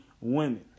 women